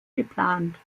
geplant